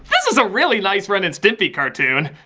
this is a really nice ren and stimpy cartoon.